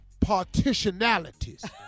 Partitionalities